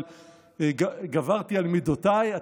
אבל גברתי על מידותיי,